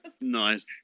Nice